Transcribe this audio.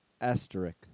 asterisk